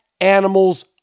animals